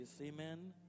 Amen